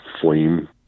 flame